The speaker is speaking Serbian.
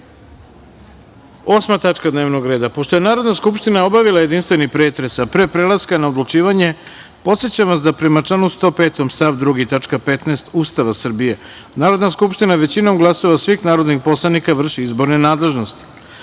tačka dnevnog reda. Pošto je Narodna skupština obavila jedinstveni pretres, a pre prelaska na odlučivanje, podsećam vas da, prema članu 105. stav 2. tačka 15. Ustava Republike Srbije, Narodna skupština većinom glasova svih narodnih poslanika vrši izborne nadležnosti. Stavljam